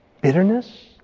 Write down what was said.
Bitterness